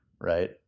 right